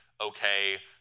okay